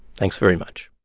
thanks very much.